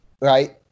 right